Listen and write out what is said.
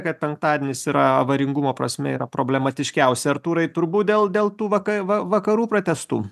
kad penktadienis yra avaringumo prasme yra problematiškiausia artūrai turbūt dėl dėl tų vaka va vakarų pratęstų